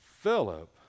Philip